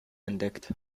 entdeckt